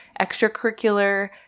extracurricular